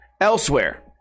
elsewhere